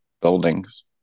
buildings